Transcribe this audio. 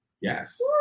Yes